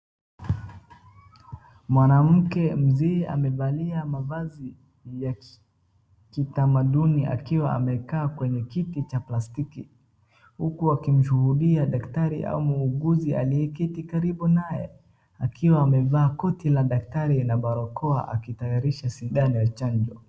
Mwanamke mzee amevalia mavazi ya kitamaduni akiwa amekaa kwenye kiti cha plastiki, huku akimshuhudia daktari au muuguzi aliyeketi karibu naye akiwa amevaa koti la daktari na barakoa akitayarisha sindano ya chanjo.